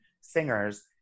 singers